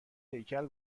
هیکل